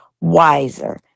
Wiser